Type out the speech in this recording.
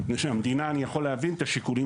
הרי זה שהמדינה חתמה אני יכול להבין את השיקולים